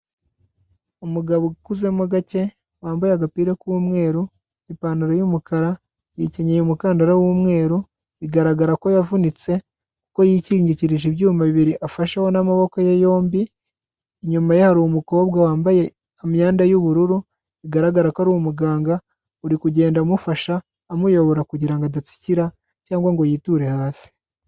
Umugabo ukuzemo gake wambaye agapira k'umweru ipantaro yumukara yikenyeye umukandara w'umweru bigaragara ko yavunitse ko yishingikirije ibyuma bibiri afasheho n'amaboko ye yombi inyuma ya umukobwa wambaye imyenda y'ubururu bigaragara ko ari umuganga uri kugenda amufasha amuyobora kugirango adatsikira cyangwa ngo yiture hasi.